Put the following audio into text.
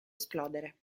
esplodere